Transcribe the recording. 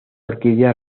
orquídea